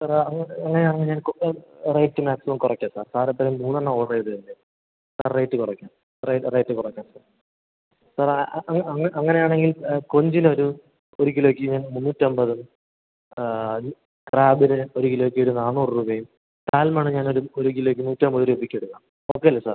സാറെ അങ്ങനെയാണെങ്കിൽ ഞാൻ റേറ്റ് മാക്സിമം കുറയ്ക്കാം സാർ സാർ ഇപ്പോഴ് മൂന്നെണ്ണം ഓഡറ് ചെയ്തതല്ലേ സാർ റേറ്റ് കുറയ്ക്കാം റേറ്റ് കുറയ്ക്കാം സാർ സാറേ അങ്ങനെ ആണെങ്കിൽ കൊഞ്ചിനൊരു ഒരു കിലോയ്ക്ക് ഞാൻ മുന്നൂറ്റമ്പത് ഈ ക്രാബിന് ഒരു കിലോയ്ക്കൊരു നാന്നൂറ് രൂപയും സാൽമണും ഞാൻ ഒരു ഒരു കിലോയ്ക്ക് നൂറ്റമ്പത് രൂപയ്ക്ക് എടുക്കാം ഓക്കെ അല്ലേ സാർ